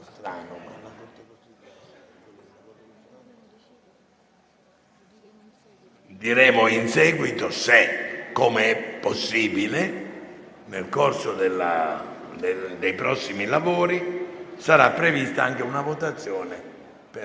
Diremo in seguito se, come è possibile, nel corso dei prossimi lavori sarà prevista anche una votazione per l'elezione